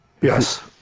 Yes